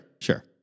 sure